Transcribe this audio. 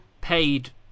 paid